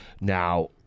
now